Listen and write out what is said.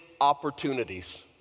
opportunities